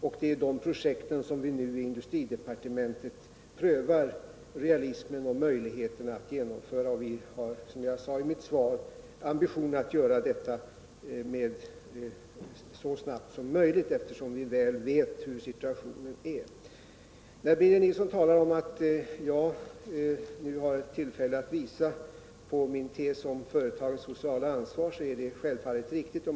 I industridepartementet prövar vi nu realismen i dessa projekt och möjligheten att genomföra dem. Som jag sade i mitt svar har vi ambitionen att göra detta så snabbt som möjligt, eftersom vi väl känner till situationen. | När Birger Nilsson säger att jag nu har tillfälle att bevisa riktigheten i min tes om företagens sociala ansvar, så är detta självfallet riktigt.